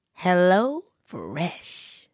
HelloFresh